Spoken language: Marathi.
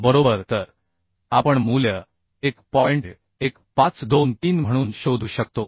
1523 बरोबर तर आपण मूल्य 1 म्हणून शोधू शकतो